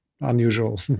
unusual